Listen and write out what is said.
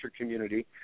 community